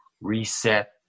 reset